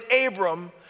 Abram